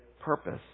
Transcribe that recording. purpose